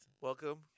Welcome